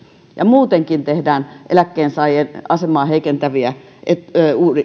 ja muutenkin tehdään eläkkeensaajan asemaa heikentäviä